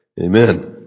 Amen